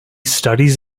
studies